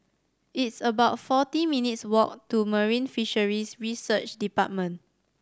it's about forty minutes' walk to Marine Fisheries Research Department